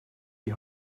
die